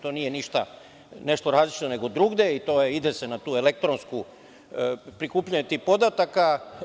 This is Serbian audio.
To nije ništa nešto različito nego drugde, jer ide se na elektronsko prikupljanje tih podataka.